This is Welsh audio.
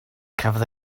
cafodd